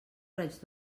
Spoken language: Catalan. raig